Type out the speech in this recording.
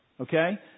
Okay